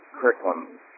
curriculum